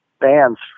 bands